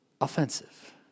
offensive